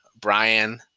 Brian